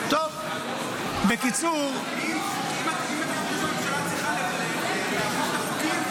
אם אתם חושבים שהממשלה צריכה לאכוף את החוקים,